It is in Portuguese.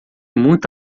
muito